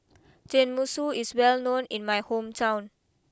Tenmusu is well known in my hometown